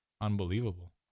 unbelievable